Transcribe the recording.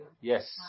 Yes